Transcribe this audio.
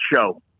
show